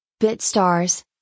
BitStars